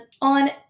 on